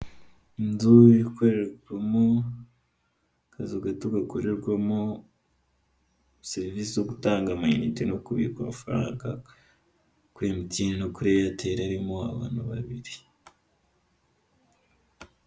Inzu ikorerwamo, akazu gato gakorerwamo serivisi zo gutanga amayinite no kubika amafaranga kuri MTN no kuri Airtel, harimo abantu babiri.